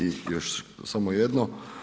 I još samo jedno.